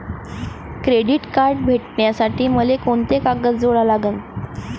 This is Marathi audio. क्रेडिट कार्ड भेटासाठी मले कोंते कागद जोडा लागन?